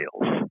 sales